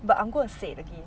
but I'm going to say it again